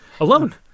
Alone